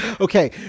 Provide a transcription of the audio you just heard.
okay